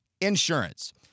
insurance